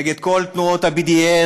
נגד כל תנועות ה-BDS,